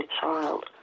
child